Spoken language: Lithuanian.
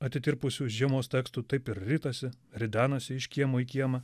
atitirpusių žiemos tekstų taip ir ritasi ridenasi iš kiemo į kiemą